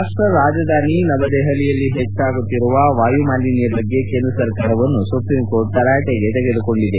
ರಾಷ್ಟ ರಾಜಧಾನಿ ನವದೆಹಲಿಯಲ್ಲಿ ಹೆಚ್ಚಾಗುತ್ತಿರುವ ವಾಯು ಮಾಲಿನ್ಯ ಬಗ್ಗೆ ಕೇಂದ್ರ ಸರಕಾರವನ್ನು ಸುಪ್ರೀಂ ಕೋರ್ಟ್ ತರಾಟೆಗೆ ತೆಗೆದುಕೊಂಡಿದೆ